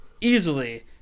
easily